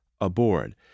aboard